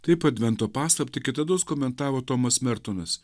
taip advento paslaptį kitados komentavo tomas mertonas